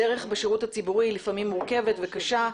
הדרך בשירות הציבורי היא לפעמים מורכבת וקשה,